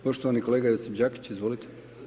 Poštovani kolega Josip Đakić, izvolite.